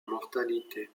mortalité